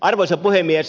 arvoisa puhemies